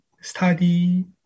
study